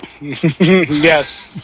Yes